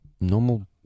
normal